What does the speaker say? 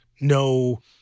no